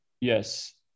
Yes